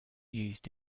used